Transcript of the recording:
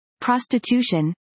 prostitution